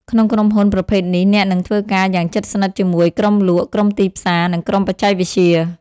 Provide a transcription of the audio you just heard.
ក្នុងក្រុមហ៊ុនប្រភេទនេះ អ្នកនឹងធ្វើការយ៉ាងជិតស្និទ្ធជាមួយក្រុមលក់ ក្រុមទីផ្សារ និងក្រុមបច្ចេកវិទ្យា។